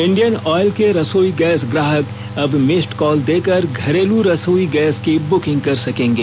Indian oil के रसोई gas ग्राहक अब मिस्डकॉल देकर घरेलू रसोई गैस की बुकिंग कर सकेंगे